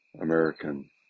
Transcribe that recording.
American